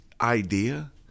idea